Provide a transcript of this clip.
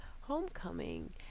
homecoming